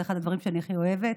זה אחד הדברים שאני הכי אוהבת,